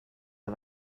det